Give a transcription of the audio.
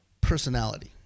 personality